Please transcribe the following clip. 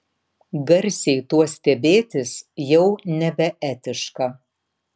garsiai tuo stebėtis jau nebeetiška